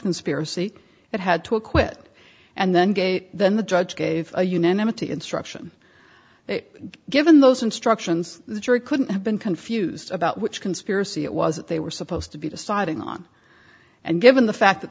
conspiracy it had to acquit and then gate then the judge gave a unanimity instruction given those instructions the jury couldn't have been confused about which conspiracy it was that they were supposed to be deciding on and given the fact that